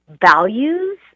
values